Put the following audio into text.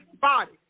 body